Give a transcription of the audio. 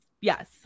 Yes